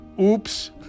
oops